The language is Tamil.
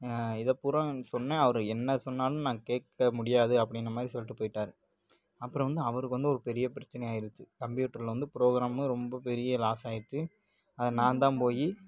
இதை பூராம் நான் சொன்னேன் அவரு என்ன சொன்னாலும் நான் கேட்க முடியாது அப்படின்ன மாதிரி சொல்லிட்டு போயிட்டாரு அப்புறம் வந்து அவருக்கு வந்து ஒரு பெரிய பிரச்சனை ஆகிருச்சு கம்ப்யூட்டரில் வந்து ப்ரோகிராமில் ரொம்ப பெரிய லாஸ் ஆகிருச்சு அது நான் தான் போய்